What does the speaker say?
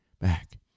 back